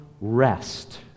rest